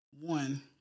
One